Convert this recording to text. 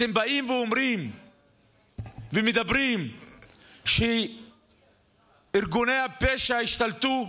אתם באים ומדברים ואומרים שארגוני הפשע השתלטו.